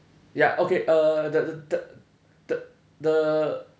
ya okay uh the the the the